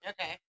okay